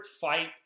fight